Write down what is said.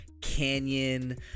canyon